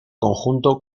conjunto